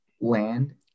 land